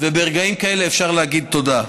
וברגעים כאלה אפשר להגיד תודה.